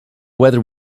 whether